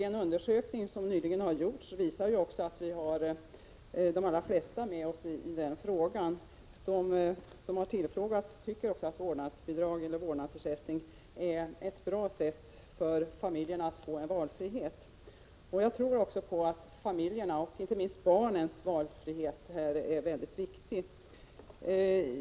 En undersökning som nyligen har gjorts visar också att vi har de allra flesta med oss när det gäller den frågan. De som har tillfrågats tycker att vårdnadsbidrag — eller vårdnadsersättning — är ett bra sätt för familjerna att få en valfrihet. Jag tror också att familjernas, och inte minst barnens, valfrihet är mycket viktig.